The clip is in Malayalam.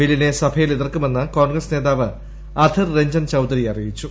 ബില്ലിനെ സഭയിൽ എതിർക്കുമെന്ന് കോൺഗ്രസ്സ് നേതാവ് അധിർ രഞ്ജൻ ചൌധരി അറിയിച്ചു